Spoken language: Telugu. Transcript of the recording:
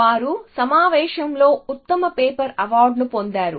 వారు సమావేశంలో ఉత్తమ పేపర్ అవార్డును పొందారు